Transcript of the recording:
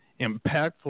impactful